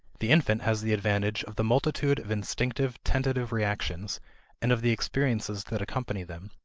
the infant has the advantage of the multitude of instinctive tentative reactions and of the experiences that accompany them,